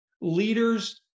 leaders